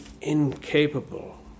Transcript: incapable